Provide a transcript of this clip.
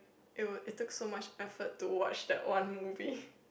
it would it took so much effort to watch that one movie